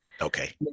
Okay